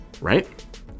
right